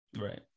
Right